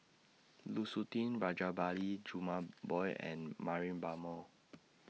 Lu Suitin Rajabali Jumabhoy and Mariam Baharom